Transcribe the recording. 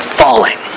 falling